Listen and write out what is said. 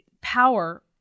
power